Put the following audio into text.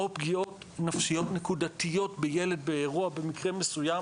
או פגיעות נפשיות נקודתיות בילד באירוע במקרה מסוים